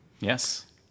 yes